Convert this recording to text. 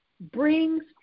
brings